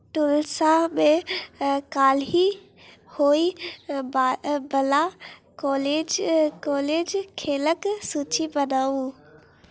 टूलसामे काल्हि होइव होइवला कॉलेज कॉलेज खेलके सूची बनाउ